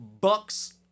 buck's